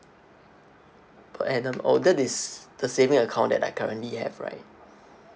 per annum oh that is the saving account that I currently have right